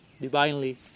divinely